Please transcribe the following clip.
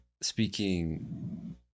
speaking